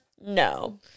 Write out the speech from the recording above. No